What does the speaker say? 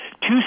two